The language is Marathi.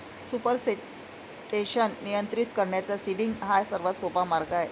सुपरसेटेशन नियंत्रित करण्याचा सीडिंग हा सर्वात सोपा मार्ग आहे